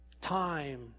Time